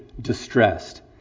distressed